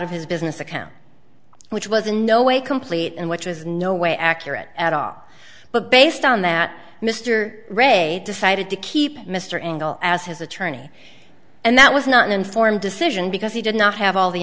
of his business account which was in no way complete and which was no way accurate at all but based on that mr ray decided to keep mr engel as his attorney and that was not an informed decision because he did not have all the